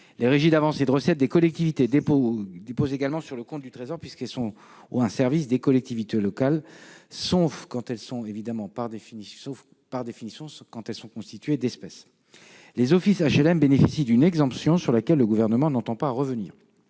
Les régies d'avances et de recettes des collectivités territoriales déposent également leur trésorerie sur le compte du Trésor, puisqu'elles sont un service des collectivités locales, sauf lorsqu'elle est constituée d'espèces. Les offices d'HLM bénéficient d'une exemption, sur laquelle le Gouvernement n'entend pas revenir.